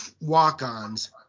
walk-ons